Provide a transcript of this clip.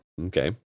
Okay